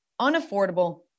unaffordable